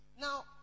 Now